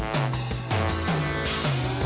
and and